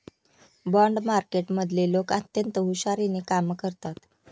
bond मार्केटमधले लोक अत्यंत हुशारीने कामं करतात